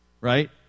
right